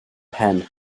pen